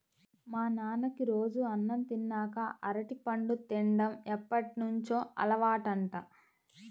మా నాన్నకి రోజూ అన్నం తిన్నాక అరటిపండు తిన్డం ఎప్పటినుంచో అలవాటంట